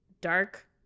dark